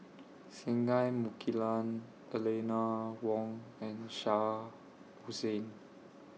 Singai Mukilan Eleanor Wong and Shah Hussain